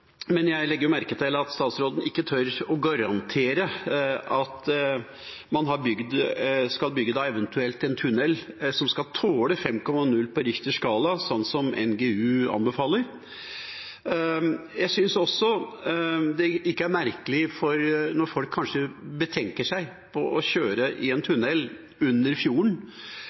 men jeg legger merke til at statsråden ikke tør å garantere at man eventuelt skal bygge en tunnel som skal tåle 5,0 på Richters skala, sånn som NGU anbefaler. Jeg syns ikke det er merkelig når folk kanskje betenker seg på å kjøre i en tunnel under fjorden